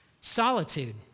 Solitude